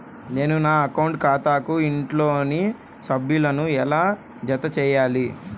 నేను నా అకౌంట్ ఖాతాకు ఇంట్లోని సభ్యులను ఎలా జతచేయాలి?